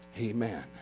Amen